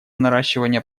наращивание